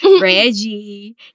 Reggie